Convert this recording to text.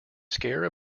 scare